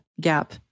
gap